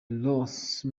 rossi